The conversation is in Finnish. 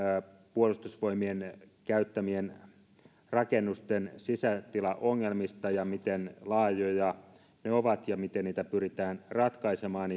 puolustusvoimien käyttämien rakennusten sisätilaongelmista miten laajoja ne ovat ja miten niitä pyritään ratkaisemaan